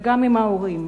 וגם עם ההורים.